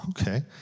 okay